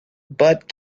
but